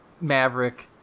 Maverick